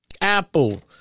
Apple